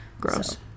gross